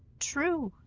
true,